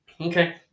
Okay